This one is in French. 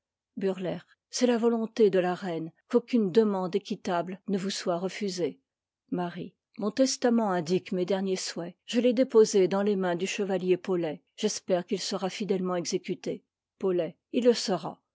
milord c'est la volonté de la reine qu'aucune demande équitable ne vous soit refusée mon testament indique mes derniers souhaits je l'ai déposé dans les mains du chevalier paulet j'espère qu'il sera ûdètement exécuté paulet il le sera